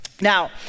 Now